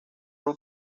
pro